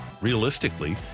realistically